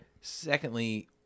Secondly